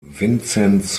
vinzenz